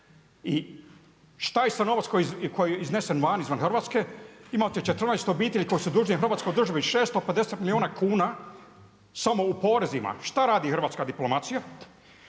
koji je iznesen van, izvan Hrvatske? Imate 14 obitelji koje su dužne hrvatskoj državi 650 milijuna kuna, samo u porezima. Šta radi hrvatska diplomacija?